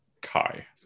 Kai